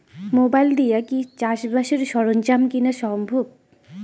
Mobile দিয়া কি চাষবাসের সরঞ্জাম কিনা সম্ভব?